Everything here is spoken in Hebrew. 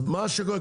אז מה שקורה,